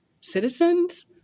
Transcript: citizens